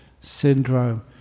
syndrome